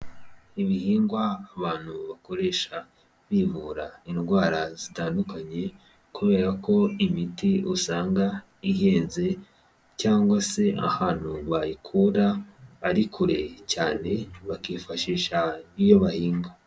Ibihingwa abantu bakoresha bivura indwara zitandukanye kubera ko imiti usanga ihenze cyangwa se ahantu bayikura ari kure cyane bakifashisha iyo bahinga.